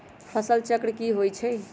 फसल चक्र की होइ छई?